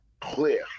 clear